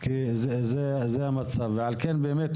רגע, רגע.